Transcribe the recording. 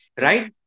right